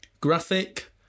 Graphic